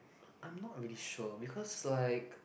I'm not really sure because like